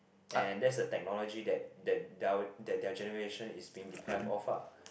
and that's the technology that that their their generation is being deprived of ah